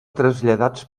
traslladats